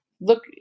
look